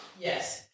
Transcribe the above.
Yes